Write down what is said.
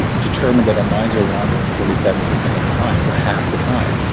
determined that our minds are wandering forty seven percent of the time, so half the time.